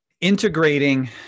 Integrating